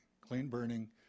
clean-burning